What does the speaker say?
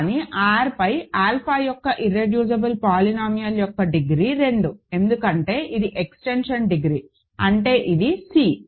కానీ R పై alpha యొక్క ఇర్రెడ్యూసిబుల్ పోలినామియల్ యొక్క డిగ్రీ 2 ఎందుకంటే ఇది ఎక్స్టెన్షన్ డిగ్రీ అంటే ఇది C